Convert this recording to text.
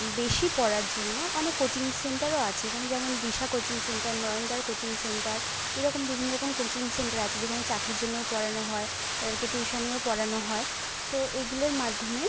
বেশি পড়ার জন্য অনেক কোচিং সেন্টারও আছে এখানে যেমন দিশা কোচিং সেন্টার নরেদার কোচিং সেন্টার এরকম বিভিন্ন রকম কোচিং সেন্টার আছে যেখানে চাকরির জন্যও পড়ানো হয় তাদেরকে টিউশনিও পড়ানো হয় তো এইগুলোর মাধ্যমে